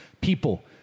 People